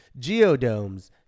geodomes